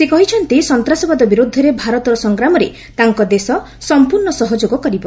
ସେ କହିଛନ୍ତି ସନ୍ତାସବାଦ ବିରୁଦ୍ଧରେ ଭାରତର ସଂଗ୍ରାମରେ ତାଙ୍କ ଦେଶ ସମ୍ପର୍ଶ୍ଣ ସହଯୋଗ କରିବ